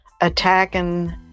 attacking